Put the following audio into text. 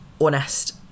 honest